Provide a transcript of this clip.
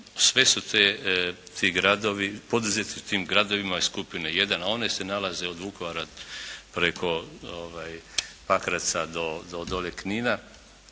sve su ti gradovi, poduzetnici u tim gradovima iz skupine 1, a one se nalaze od Vukovara preko Pakraca do dole Knina,